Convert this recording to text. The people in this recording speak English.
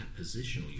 positional